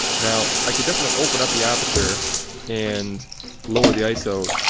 now, i could definitely open up the aperture and lower the iso,